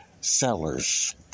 sellers